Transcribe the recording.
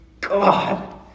God